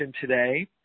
today